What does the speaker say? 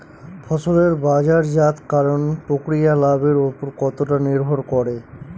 ফসলের বাজারজাত করণ প্রক্রিয়া লাভের উপর কতটা নির্ভর করে?